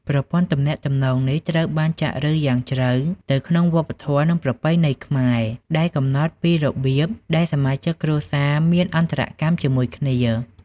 ប្រព័ន្ធទំនាក់ទំនងនេះត្រូវបានចាក់ឫសយ៉ាងជ្រៅទៅក្នុងវប្បធម៌ និងប្រពៃណីខ្មែរ ដែលកំណត់ពីរបៀបដែលសមាជិកគ្រួសារមានអន្តរកម្មជាមួយគ្នា។